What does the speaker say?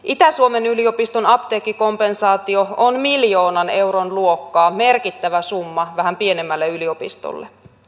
itä suomen yliopiston apteekkikompensaatio on miljoonan euron luokkaa merkittävä summa vähän pienemmälle yliopistolle